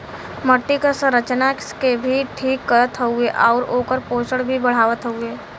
मट्टी क संरचना के भी ठीक करत हउवे आउर ओकर पोषण भी बढ़ावत हउवे